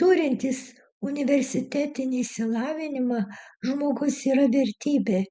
turintis universitetinį išsilavinimą žmogus yra vertybė